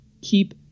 keep